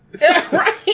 Right